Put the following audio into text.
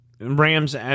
Rams